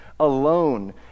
Alone